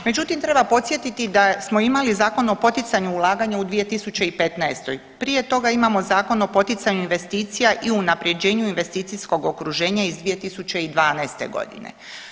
Međutim, treba podsjetiti da smo imali Zakon o poticanju ulaganja u 2015., prije toga imamo Zakon o poticanju investicija i unapređenju investicijskog okruženja iz 2012. godine.